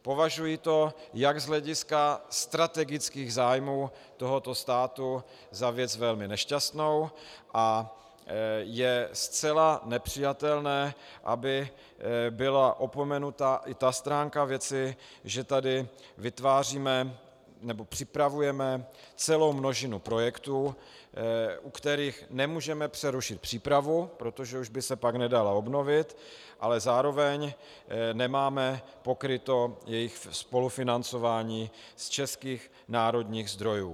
Považuji to z hlediska strategických zájmů tohoto státu za věc velmi nešťastnou a je zcela nepřijatelné, aby byla opomenuta i ta stránka věci, že tady připravujeme celou množinu projektů, u kterých nemůžeme přerušit přípravu, protože už by se pak nedala obnovit, ale zároveň nemáme pokryto jejich spolufinancování z českých národních zdrojů.